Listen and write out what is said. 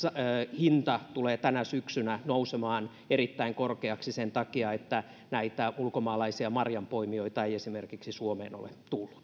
hinta tulee tänä syksynä nousemaan erittäin korkeaksi sen takia että ulkomaalaisia marjanpoimijoita ei esimerkiksi suomeen ole